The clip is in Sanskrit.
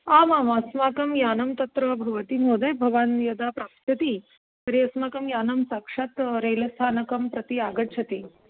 आमाम् अस्माकं यानं तत्र भवति महोदय भवान् यदा प्राप्स्यति तर्हि अस्माकं यानं साक्षात् रेल् स्थानकं प्रति आगच्छति